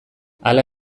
hala